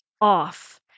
off